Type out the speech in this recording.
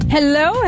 Hello